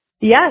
Yes